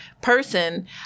person